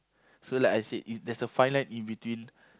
so like I've said it there's a fine line in between